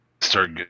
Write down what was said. start